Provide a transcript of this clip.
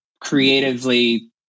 creatively